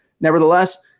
nevertheless